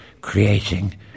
creating